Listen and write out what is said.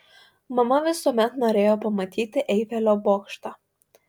mama visuomet norėjo pamatyti eifelio bokštą